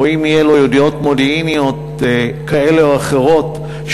אם תהיינה לו ידיעות מודיעיניות כאלה או אחרות,